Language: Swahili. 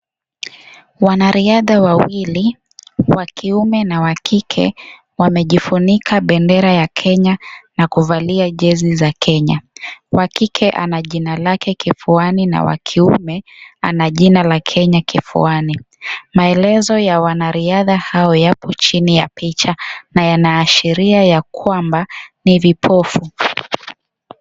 Wanariadha wawili wa kiume na wa kike, wamejifunika bendera ya Kenya na kuvalia jezi za Kenya wa kike ana jina lake kifuani na wa kiume ana jina la Kenya kifuani. Maelezo ya wanariadha hawa yapo chini ya picha na yanaashiria ya kwamba ni vipofu.